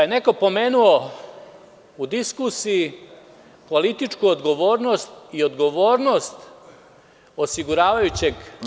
Neko je pomenuo u diskusiji političku odgovornost i odgovornost osiguravajućeg,